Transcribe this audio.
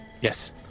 Yes